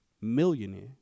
millionaire